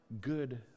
good